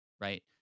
right